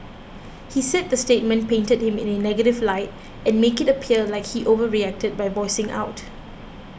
he said the statement painted him in a negative light and make it appear like he overreacted by voicing out